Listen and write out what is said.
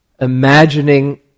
imagining